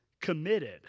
committed